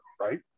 right